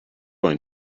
going